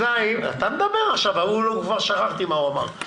אתה מדבר עכשיו, כבר שכחתי מה הוא אמר.